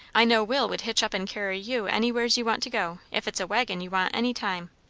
i know will would hitch up and carry you anywheres you want to go if it's a waggon you want any time.